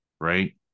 right